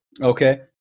okay